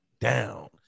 down